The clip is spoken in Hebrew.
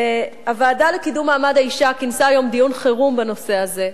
הוועדה לקידום מעמד האשה כינסה היום דיון חירום בנושא הזה,